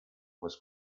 was